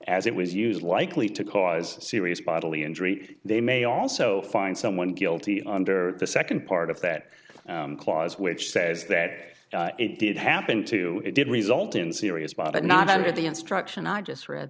as it was used likely to cause serious bodily injury they may also find someone guilty under the second part of that clause which says that it did happen to did result in serious but not under the instruction i just read